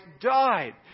died